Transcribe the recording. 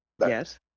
Yes